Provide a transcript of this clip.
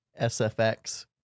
sfx